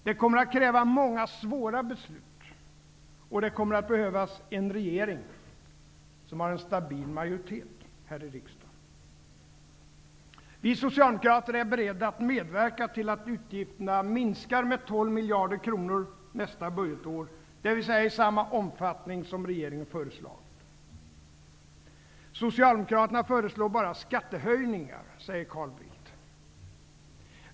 Det kommer att kräva många svåra beslut. Och det kommer att behövas en regering som har en stabil majoritet här i riksdagen. Vi socialdemokrater är beredda att medverka till att utgifterna minskar med 12 miljarder kronor nästa budgetår, dvs. i samma omfattning som regeringen föreslagit. Socialdemokraterna föreslår bara skattehöjningar, säger Carl Bildt.